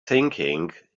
thinking